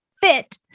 fit